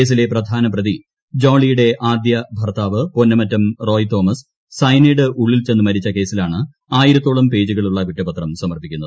കേസിലെ പ്രധാന പ്രതി ജോളിയുടെ ആദ്യഭർത്താവ് പൊന്നമറ്റം റോയ് തോമസ് സയനൈഡ് ഉള്ളിൽ ചെന്ന് മരിച്ച കേസിലാണ് ആയിരത്തോളം പേജുകളുള്ള കുറ്റപത്രം സമർപ്പിക്കുന്നത്